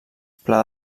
pla